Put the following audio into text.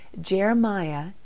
Jeremiah